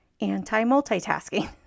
anti-multitasking